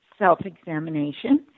Self-examination